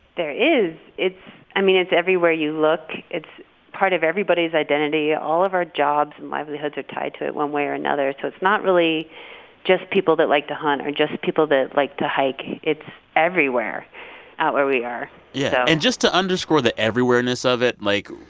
there is. it's i mean, it's everywhere you look. it's part of everybody's identity. all of our jobs and livelihoods are tied to it one way or another. so it's not really just people that like to hunt or just people that like to hike. it's everywhere out where we are yeah so. and just to underscore the everywhereness of it, like,